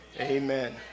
amen